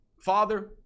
Father